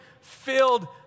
filled